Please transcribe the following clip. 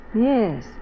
Yes